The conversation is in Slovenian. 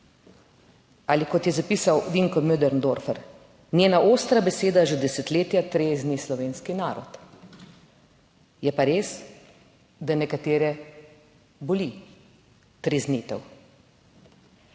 Ali kot je zapisal Vinko Möderndorfer: "Njena ostra beseda že desetletja trezni slovenski narod." Je pa res, da nekatere boli treznitev.